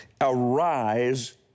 arise